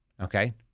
Okay